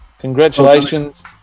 congratulations